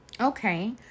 Okay